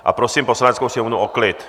A prosím Poslaneckou sněmovnu o klid.